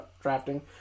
drafting